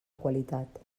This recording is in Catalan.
qualitat